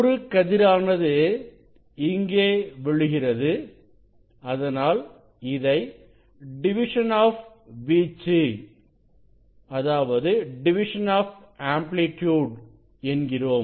ஒரு கதிரானது இங்கே விழுகிறது அதனால் இதை டிவிஷன் ஆஃப் வீச்சு என்கிறோம்